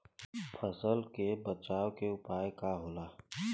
फसल के बचाव के उपाय का होला?